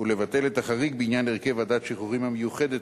ולבטל את החריג בעניין הרכב ועדת השחרורים המיוחדת